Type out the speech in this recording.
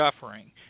suffering